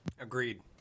agreed